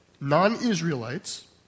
non-Israelites